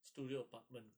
studio apartment